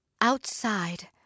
Outside